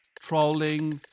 trolling